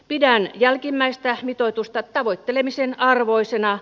pidän jälkimmäistä mitoitusta tavoittelemisen arvoisena